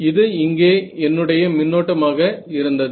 இது இங்கே என்னுடைய மின்னோட்டம் ஆக இருந்தது